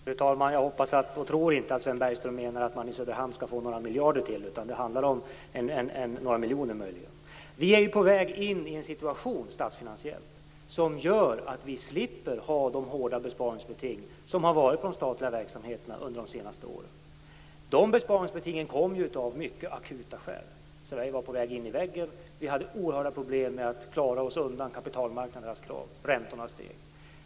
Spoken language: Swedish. Fru talman! Jag hoppas och tror inte att Sven Bergström menar att man i Söderhamn skall få några miljarder till. Det handlar om några miljoner möjligen. Vi är ju statsfinansiellt på väg in i en situation som gör att vi slipper ha de hårda besparingsbeting som varit på de statliga verksamheterna under de senaste åren. De besparingsbetingen kom ju av mycket akuta skäl. Sverige var på väg in i väggen. Vi hade oerhörda problem att klara oss undan kapitalmarknadernas krav. Räntorna steg.